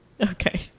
Okay